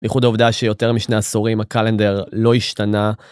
ייחוד העובדה שיותר משני עשורים הקלנדר לא השתנה.